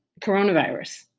coronavirus